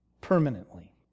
permanently